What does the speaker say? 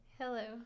Hello